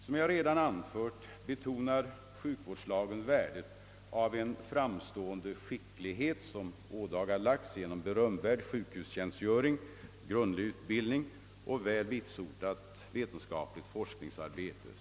Som jag redan anfört betonar sjukvårdslagen värdet av en framstående skicklighet som ådagalagts genom berömvärd sjukhustjänstgöring, grundlig utbildning och väl vitsordat vetenskapligt forskningsarbete.